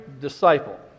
disciple